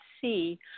see